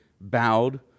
bowed